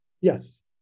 Yes